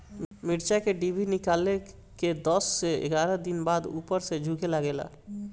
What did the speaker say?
मिरचा क डिभी निकलले के दस से एग्यारह दिन बाद उपर से झुके लागेला?